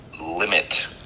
limit